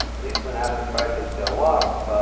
least when asset prices go up,